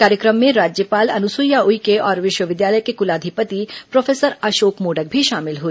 कार्यक्रम में राज्यपाल अनुसुईया उइके और विश्वविद्यालय के कुलाधिपति प्रोफेसर अशोक मोडक भी शामिल हुए